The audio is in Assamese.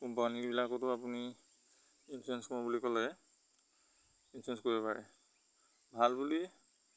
কোম্পানীবিলাকতো আপুনি ইঞ্চুৰেঞ্চ কৰ বুলি ক'লে ইঞ্চুৰেঞ্চ কৰিব পাৰে ভাল বুলি